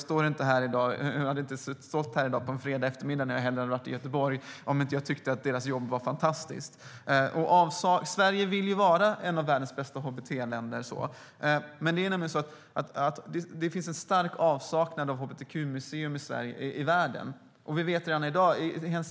Jag hade inte stått här i dag, på en fredagseftermiddag när jag hellre hade varit Göteborg, om jag inte tyckte att deras jobb var fantastiskt. Sverige vill vara ett av världens bästa hbt-länder. Men det finns en stark avsaknad av hbtq-museer i världen.